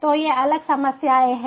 तो ये अलग समस्याएं हैं